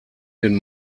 den